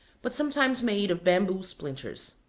but sometimes made of bamboo splinters.